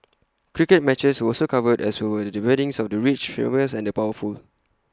cricket matches were also covered as were the weddings of the rich the famous and the powerful